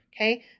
Okay